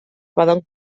poden